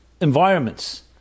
environments